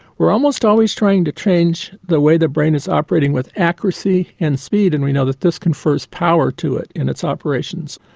we're almost always trying to change the way the brain is operating with accuracy and speed. and we know that this confers power to it in its operations.